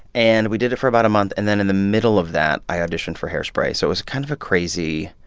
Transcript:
and we did it for about a month. and then, in the middle of that, i auditioned for hairspray. so it was kind of a crazy.